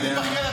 אני מתבכיין?